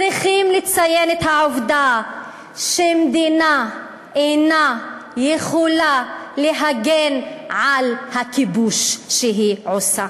צריכים לציין את העובדה שמדינה אינה יכולה להגן על הכיבוש שהיא עושה.